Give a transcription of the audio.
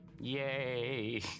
Yay